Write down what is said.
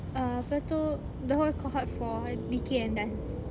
err apa tu the whole cohort for dikir and dance